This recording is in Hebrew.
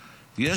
זו,